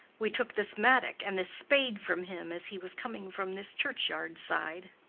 we took this mattock and this spade from him as he was coming from this churchyard side.